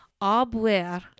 Abwehr